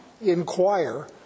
inquire